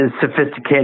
sophisticated